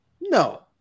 No